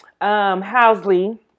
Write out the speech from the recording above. Housley